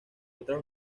otras